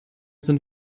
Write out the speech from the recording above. sind